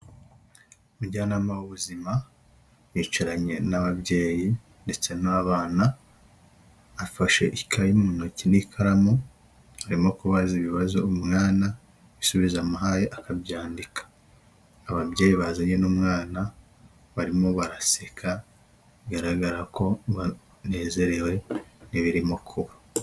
Umujyanama w'ubuzima yicaranye n'ababyeyi ndetse n'abana afashe ikayi mu ntoki n'ikaramu arimo kubaza ibibazo umwana asubiza amuhaye akabyandika, ababyeyi bazanye n'umwana barimo baraseka bigaragara ko banezerewe n'ibiririmo kuba.